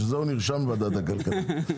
בשביל זה הוא נרשם לוועדת הכלכלה.